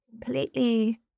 completely